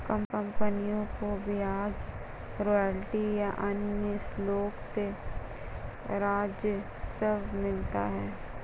कंपनियों को ब्याज, रॉयल्टी या अन्य शुल्क से राजस्व मिलता है